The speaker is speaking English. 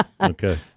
Okay